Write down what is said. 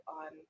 on